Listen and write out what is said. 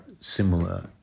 similar